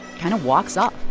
kind of walks off.